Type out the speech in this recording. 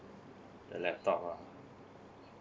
the laptop ah